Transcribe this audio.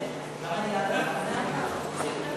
נותרה דקה וחצי.